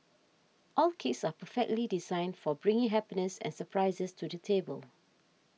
all cakes are perfectly designed for bringing happiness and surprises to the table